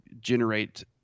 generate